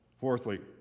Fourthly